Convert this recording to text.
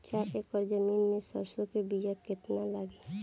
चार एकड़ जमीन में सरसों के बीया कितना लागी?